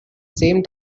same